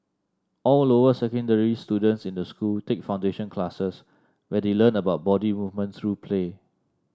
all lower secondary students in the school take foundation classes where they learn about body movement through play